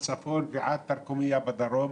מהצפון ועד תרקומיא בדרום.